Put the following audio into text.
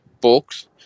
books